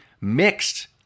mixed